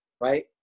Right